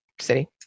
city